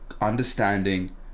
understanding